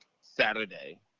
Saturday